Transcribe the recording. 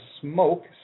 smoke